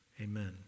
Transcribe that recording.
amen